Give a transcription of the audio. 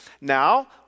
Now